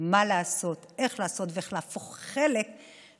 מה לעשות, איך לעשות ואיך להפוך חלק מהתופעה